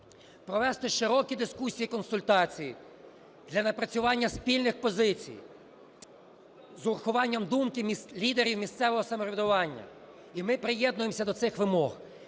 провести широкі дискусії і консультації для напрацювання спільних позицій з урахуванням думки місцевого самоврядування. І ми приєднуємося до цих вимог.